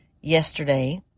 yesterday